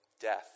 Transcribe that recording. Death